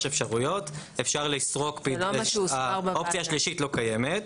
אפשרויות אפשר לסרוק PDF. האופציה השלישית לא קיימת,